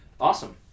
awesome